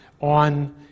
on